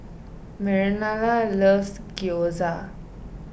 Marlena loves Gyoza